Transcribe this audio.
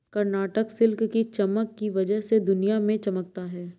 Karnataka silk की चमक की वजह से दुनिया में चमकता है